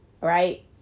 right